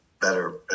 better